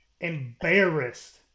Embarrassed